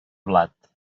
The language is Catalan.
blat